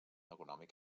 econòmic